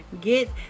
get